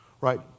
right